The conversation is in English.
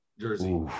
jersey